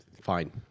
fine